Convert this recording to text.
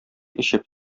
эчеп